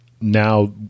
now